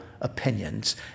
opinions